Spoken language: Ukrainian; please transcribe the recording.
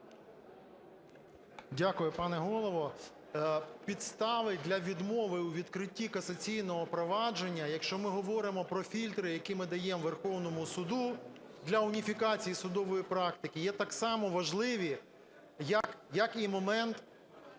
Дякую, пане Голово. Підстави для відмови у відкритті касаційного провадження, якщо ми говоримо про фільтри, які ми даємо Верховному Суду для уніфікації судової практики, є так само важливі як і момент